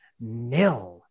Nil